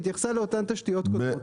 והתייחסה לאותן תשתיות קודמות,